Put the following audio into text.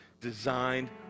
designed